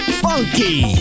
funky